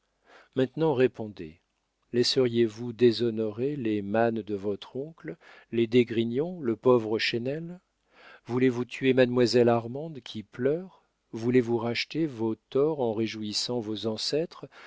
maintenant répondez laisserez-vous déshonorer les mânes de votre oncle les d'esgrignon le pauvre chesnel voulez-vous tuer mademoiselle armande qui pleure voulez-vous racheter vos torts en réjouissant vos ancêtres